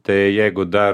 tai jeigu dar